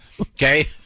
Okay